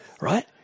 right